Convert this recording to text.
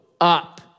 up